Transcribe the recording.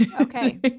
okay